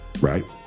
Right